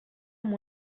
amb